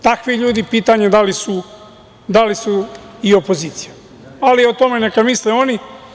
Takvi ljudi pitanje je da li su i opozicija, ali o tome neka misle oni.